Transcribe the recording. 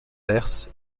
herse